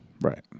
Right